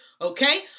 okay